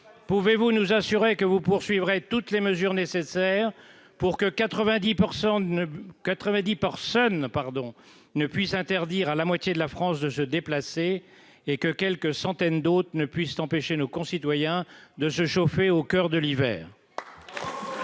pouvez-vous nous assurer que vous-poursuivrait toutes les mesures nécessaires pour que 90 % 90 par Sun, pardon ne puisse interdire à la moitié de la France de se déplacer et que quelques centaines d'autres ne puissent empêcher nos concitoyens de se chauffer au coeur de l'hiver.